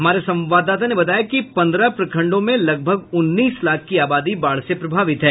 हमारे संवाददाता ने बताया कि पन्द्रह प्रखंडों में लगभग उन्नीस लाख की आबादी बाढ़ से प्रभावित है